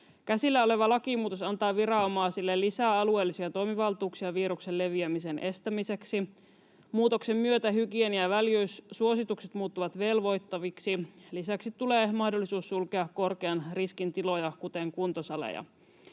Käsillä oleva lakimuutos antaa viranomaisille lisää alueellisia toimivaltuuksia viruksen leviämisen estämiseksi. Muutoksen myötä hygienia‑ ja väljyyssuositukset muuttuvat velvoittaviksi. Lisäksi tulee mahdollisuus sulkea korkean riskin tiloja kuten kuntosaleja.